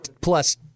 plus